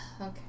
Okay